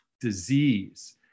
disease